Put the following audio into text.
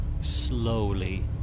Slowly